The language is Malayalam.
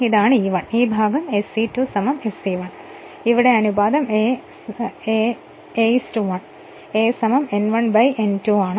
ഇതാണ് E1 ഈ ഭാഗം SE2 SE1 ആയിരിക്കും ഇവിടെ അനുപാതം a 1 a n 1 n2 ആണ്